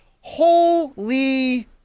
Holy